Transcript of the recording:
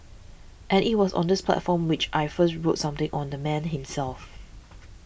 and it was on this platform which I first wrote something on the man himself